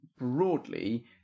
broadly